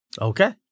Okay